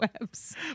webs